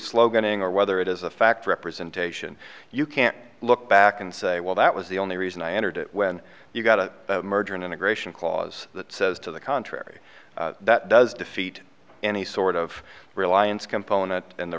sloganeering or whether it is a fact representation you can't look back and say well that was the only reason i entered it when you've got a merger and integration clause that says to the contrary that does defeat any sort of reliance component in the